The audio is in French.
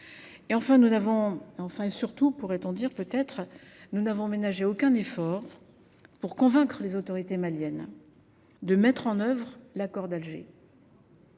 Enfin, et surtout, pourrait on dire, nous n’avons ménagé aucun effort pour convaincre les autorités maliennes de mettre en œuvre l’accord d’Alger,